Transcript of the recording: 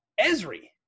Esri